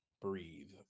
breathe